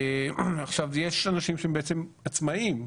עכשיו, יש אנשים שהם בעצם עצמאיים,